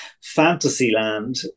Fantasyland